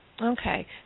Okay